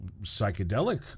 psychedelic